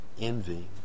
envy